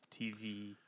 TV